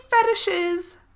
fetishes